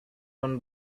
won